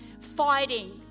fighting